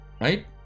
right